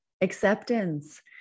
Acceptance